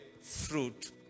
fruit